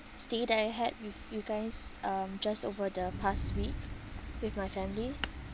stay that I had with you guys um just over the past week with my family